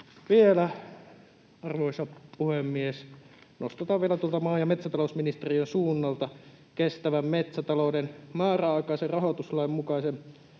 vielä, arvoisa puhemies, nostan maa- ja metsätalousministeriön suunnalta: kestävän metsätalouden määräaikaisen rahoituslain mukaisen